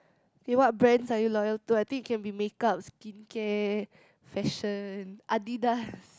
okay what brands are you loyal to I think it can be makeup skincare fashion Adidas